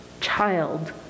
child